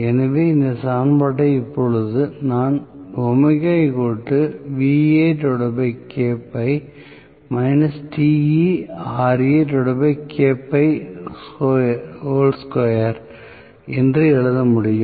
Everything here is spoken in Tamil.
எனவே இந்த சமன்பாட்டை இப்போது நான் என்று எழுத முடியும்